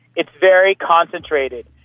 it's very concentrated.